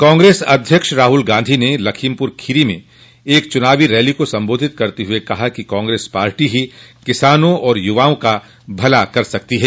कांग्रेस अध्यक्ष राहुल गांधी ने लखीमपुर खीरी में आयोजित एक चुनावी रैली को संबोधित करते हुए कहा कि कांग्रेस पार्टी ही किसानों और युवाओं का भला कर सकती है